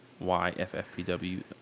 YFFPW